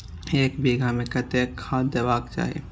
एक बिघा में कतेक खाघ देबाक चाही?